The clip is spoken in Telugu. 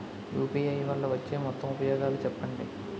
యు.పి.ఐ వల్ల వచ్చే మొత్తం ఉపయోగాలు చెప్పండి?